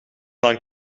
dan